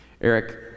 Eric